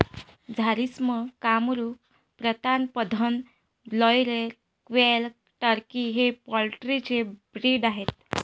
Jharsim, Kamrupa, Pratapdhan, broiler, quail, turkey हे poultry चे breed आहेत